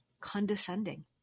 condescending